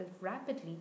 rapidly